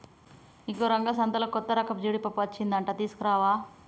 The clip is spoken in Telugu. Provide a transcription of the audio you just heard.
ఇగో రంగా సంతలో కొత్తరకపు జీడిపప్పు అచ్చిందంట తీసుకురావా